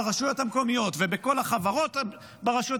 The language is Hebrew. ברשויות המקומיות ובכל החברות ברשויות